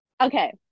Okay